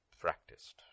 practiced